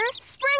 Spring